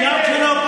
גם כשהיא לא מסכימה,